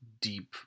deep